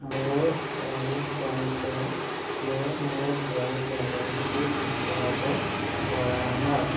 মোৰ এম চুৱাইপয়ে কিয় মোৰ বেংক বেলেঞ্চটো দেখুৱাব পৰা নাই